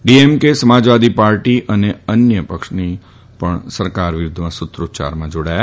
DMK Samajwadi party અને અન્ય પણ સરકાર વિરૂદ્ધ સૂત્રોચ્યારમાં જાડાયા